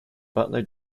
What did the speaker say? butler